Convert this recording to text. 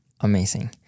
Amazing